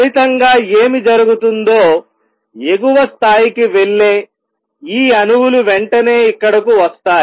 ఫలితంగా ఏమి జరుగుతుందో ఎగువ స్థాయికి వెళ్ళే ఈ అణువులు వెంటనే ఇక్కడకు వస్తాయి